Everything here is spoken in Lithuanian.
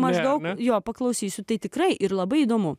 maždaug jo paklausysiu tai tikrai ir labai įdomu